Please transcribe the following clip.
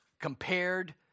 compared